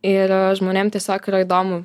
ir žmonėm tiesiog yra įdomu